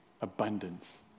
abundance